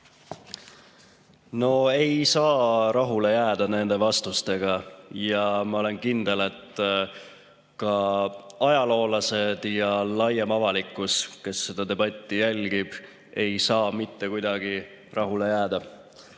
No ei saa rahule jääda nende vastustega ja ma olen kindel, et ka ajaloolased ja laiem avalikkus, kes seda debatti jälgivad, ei saa mitte kuidagi rahule jääda.